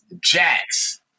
Jax